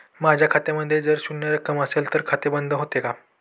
माझ्या खात्यामध्ये जर शून्य रक्कम असेल तर खाते बंद होते का?